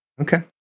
Okay